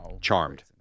charmed